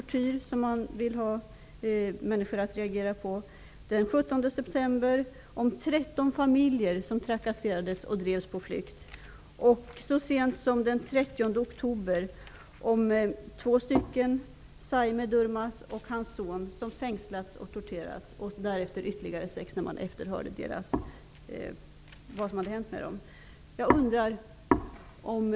Den 4 augusti rapporterade man om sex fall av tortyr, den 17 september om 13 familjer som trakasserades och drevs på flykt. Så sent som den 30 oktober rapporterade Amnesty om att Savme Durmaz och hans son fängslats och torterats och att detta sedan drabbade ytterligare sex personer när de efterfrågade vad som hade hänt.